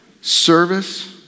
service